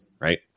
Right